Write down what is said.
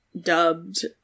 dubbed